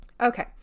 okay